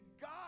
God